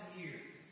years